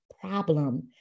problem